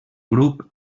grup